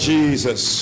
Jesus